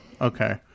Okay